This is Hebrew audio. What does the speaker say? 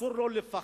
אסור לו לפחד